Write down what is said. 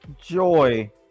joy